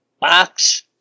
Box